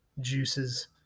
juices